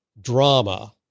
drama